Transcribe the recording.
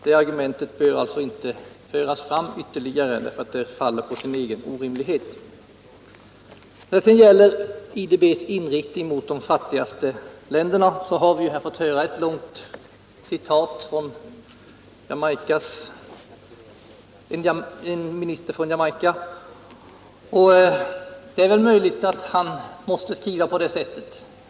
Detta argument bör alltså inte föras fram ytterligare, eftersom det faller på sin egen orimlighet. När det sedan gäller IDB:s inriktning mot de fattigaste länderna har vi här fått höra ett citat från en minister från Jamaica. Det är väl möjligt att han måste skriva på det sätt han gör.